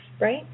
right